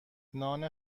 نان